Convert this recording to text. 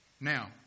Now